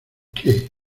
qué